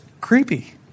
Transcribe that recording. creepy